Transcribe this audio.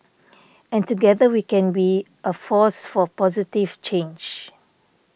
and together we can be a force for positive change